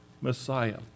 Messiah